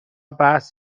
بحث